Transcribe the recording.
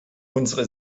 unsere